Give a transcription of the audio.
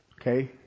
Okay